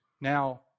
Now